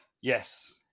Yes